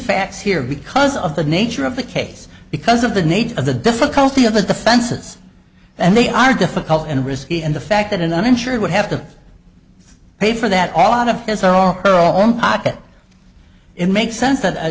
facts here because of the nature of the case because of the nature of the difficulty of the defenses and they are difficult and risky and the fact that an uninsured would have to pay for that all out of his her all her own pocket it makes sense that